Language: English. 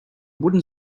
wooden